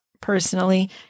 personally